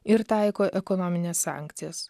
ir taiko ekonomines sankcijas